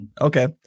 Okay